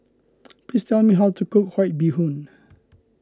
please tell me how to cook White Bee Hoon